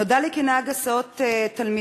נודע לי כי נהג הסעות תלמידים,